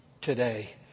today